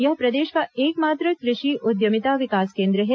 यह प्रदेश का एकमात्र कृषि उद्यमिता विकास केन्द्र है